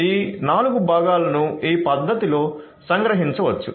ఈ 4 భాగాలను ఈ పద్ధతిలో సంగ్రహించవచ్చు